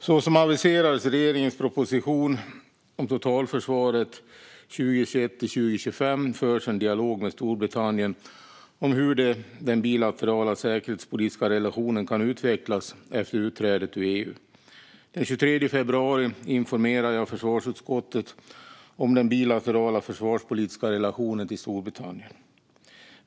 Så som aviserades i regeringens proposition 2020/21:30 Totalförsvaret 2021 - 2025 förs en dialog med Storbritannien om hur den bilaterala säkerhetspolitiska relationen kan utvecklas efter utträdet ur EU. Den 23 februari informerade jag försvarsutskottet om den bilaterala försvarspolitiska relationen till Storbritannien.